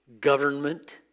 government